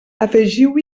afegiu